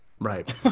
Right